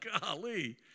Golly